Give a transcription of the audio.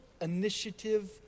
initiative